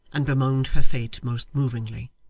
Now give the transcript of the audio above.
and bemoaned her fate most movingly.